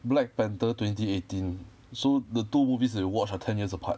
black panther twenty eighteen so the two movies that you watched are ten years apart